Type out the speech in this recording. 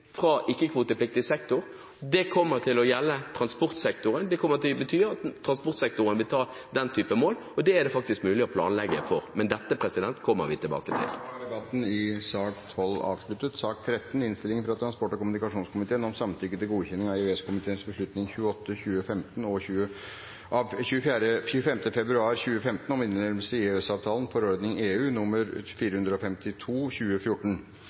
fra ikke-kvotepliktig sektor. Det kommer til å gjelde transportsektoren, det kommer til å bety at transportsektoren vil ta den typen mål, og det er det faktisk mulig å planlegge for. Men dette kommer vi tilbake til. Flere har ikke bedt om ordet til sakene nr. 11 og 12. Etter ønske fra transport- og kommunikasjonskomiteen vil presidenten foreslå at taletiden blir begrenset til 5 minutter til hver partigruppe og 5 minutter til medlem av